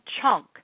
chunk